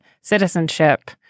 citizenship